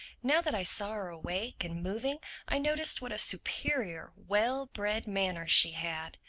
now that i saw her awake and moving i noticed what a superior, well-bred manner she had.